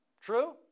True